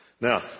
Now